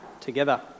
together